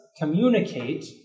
communicate